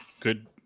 good